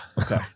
Okay